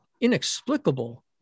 inexplicable